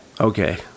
Okay